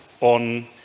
on